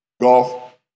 golf